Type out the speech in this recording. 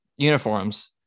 uniforms